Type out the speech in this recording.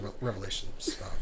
Revelations